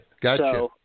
Gotcha